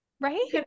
right